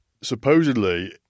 supposedly